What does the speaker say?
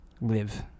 live